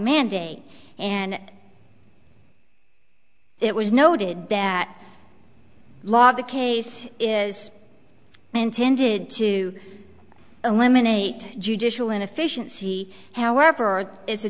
mandate and it was noted that law the case is intended to eliminate judicial inefficiency however it's a